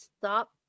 stop